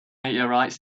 meteorites